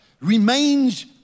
remains